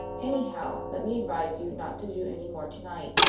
anyhow, let me advise you not to do any more to-night.